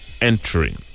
entering